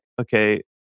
okay